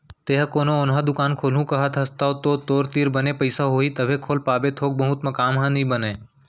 तेंहा कोनो ओन्हा दुकान खोलहूँ कहत हस तव तो तोर तीर बने पइसा होही तभे खोल पाबे थोक बहुत म तो काम ह नइ बनय